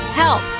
help